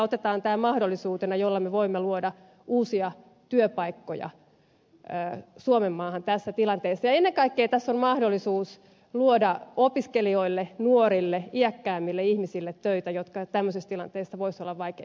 otetaan tämä mahdollisuutena jolla me voimme luoda uusia työpaikkoja suomenmaahan tässä tilanteessa ja ennen kaikkea tässä on mahdollisuus luoda töitä opiskelijoille nuorille iäkkäämmille ihmisille joiden tämmöisessä tilanteessa voisi olla vaikeampi työllistyä